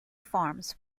farms